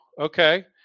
okay